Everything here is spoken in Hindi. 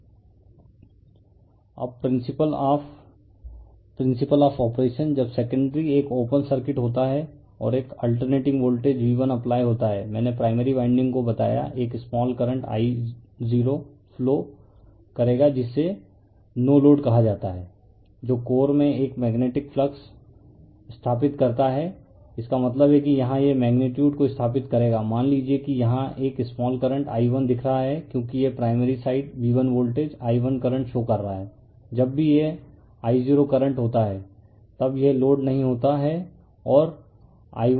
refer slide time 0331 refer slide time 0338 अब principle of principle of operation जब सेकेंडरी एक ओपन सर्किट होता है और एक अल्टरनेटिंग वोल्टेज V1 अप्लाई होता है मैंने प्राइमरी वाइंडिंग को बताया एक स्माल करंट I0 फ्लो करेगा जिसे नो लोड कहा जाता है जो कोर में एक मेग्नेटिक फ्लक्स स्थापित करता है इसका मतलब है कि यहां यह मेगनीटयूड को स्थापित करेंगा मान लीजिए कि यहां एक स्माल करंट I1 दिख रहा है क्योंकि यह primary side V one voltage I1 current show कर रहा है जब भी यह I0 करंट होता है तब यह लोड नहीं होता है और I1I0 कहते हैं